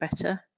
better